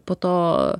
po to